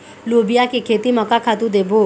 लोबिया के खेती म का खातू देबो?